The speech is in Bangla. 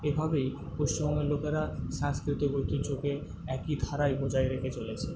এভাবেই পশ্চিমবঙ্গের লোকেরা সাংস্কৃতিক ঐতিহ্যকে একই ধারায় বজায় রেখে চলেছে